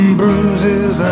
bruises